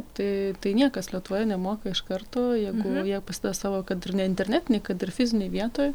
tai tai niekas lietuvoje nemoka iš karto jeigu jie pasideda savo kad ir ne internetinėj kad ir fizinėj vietoj